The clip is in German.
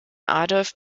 adolf